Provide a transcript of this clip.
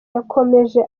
yakomeje